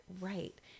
right